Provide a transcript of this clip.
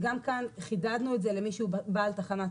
גם כאן חידדנו את זה למי שהוא בעל תחנת